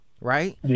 Right